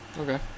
Okay